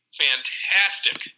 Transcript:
fantastic